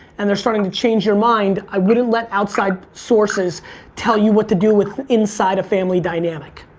and they're starting to change your mind, i wouldn't let outside sources tell you what to do with inside a family dynamic.